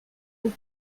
eux